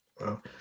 Wow